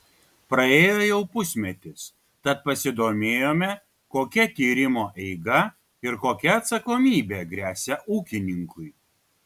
praėjo jau pusmetis tad pasidomėjome kokia tyrimo eiga ir kokia atsakomybė gresia ūkininkui